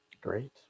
Great